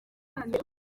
rwanda